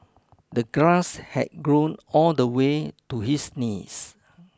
the grass had grown all the way to his knees